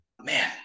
Man